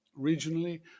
Regionally